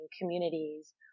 communities